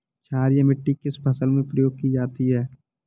क्षारीय मिट्टी किस फसल में प्रयोग की जाती है?